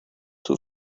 too